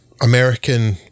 American